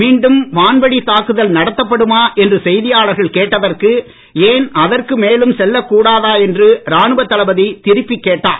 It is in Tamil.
மீண்டும் வான்வழித் தாக்குதல் நடத்தப்படுமா என்று செய்தியாளர்கள் கேட்டதற்கு ஏன் அதற்கு மேலும் செல்லக்கூடாதா என்று ராணுவ தளபதி திருப்பிக் கேட்டார்